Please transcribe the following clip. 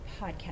podcast